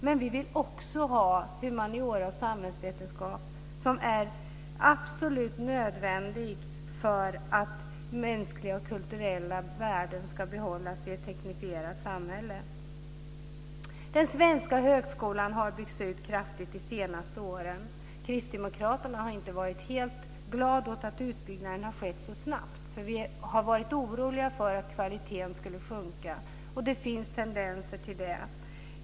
Men vi vill också ha humaniora och samhällsvetenskap som är absolut nödvändiga för att mänskliga och kulturella värden ska behållas i ett teknifierat samhälle. Den svenska högskolan har byggts ut kraftigt under de senaste åren. Kristdemokraterna har inte varit helt glada över att utbyggnaden har skett så snabbt. Vi har varit oroliga för att kvaliteten skulle bli lägre, och det finns tendenser till det.